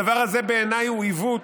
הדבר הזה בעיניי הוא עיוות.